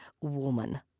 woman